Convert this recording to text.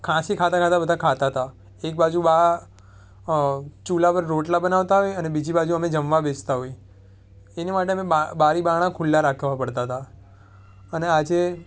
ખાંસી ખાતા ખાતા બધા ખાતા હતા એકબાજુ બા ચૂલા પર રોટલા બનાવતાં હોય અને બીજી બાજુ અમે જમવા બેસતા હોય એની માટે અમે બારી બારણા ખુલ્લા રાખવા પડતા હતા અને આજે